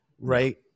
right